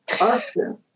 awesome